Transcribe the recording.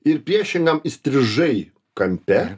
ir priešingam įstrižai kampe